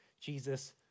Jesus